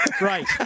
Right